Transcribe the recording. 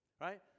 right